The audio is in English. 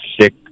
sick